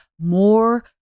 more